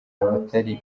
abatari